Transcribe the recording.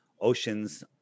oceans